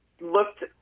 looked